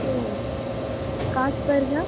ओ का स्पर्धा